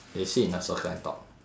they sit in a circle and talk